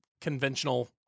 conventional